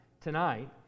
tonight